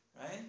Right